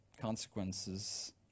consequences